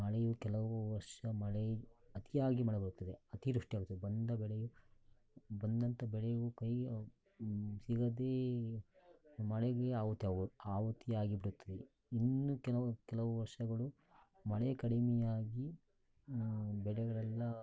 ಮಳೆಯು ಕೆಲವು ವರ್ಷ ಮಳೆ ಅತಿಯಾಗಿ ಮಳೆ ಬರುತ್ತದೆ ಅತೀವೃಷ್ಟಿ ಆಗುತ್ತದೆ ಬಂದ ಬೆಳೆಯು ಬಂದಂಥ ಬೆಳೆಯು ಕೈಯ್ಯ ಸಿಗದೆ ಮಳೆಗೆ ಆಹುತಿಯಾಗಿ ಆಹುತಿಯಾಗಿ ಬಿಡುತ್ತದೆ ಇನ್ನು ಕೆಲವು ಕೆಲವು ವರ್ಷಗಳು ಮಳೆ ಕಡಿಮೆಯಾಗಿ ಬೆಳೆಗಳೆಲ್ಲ